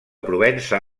provença